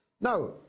Now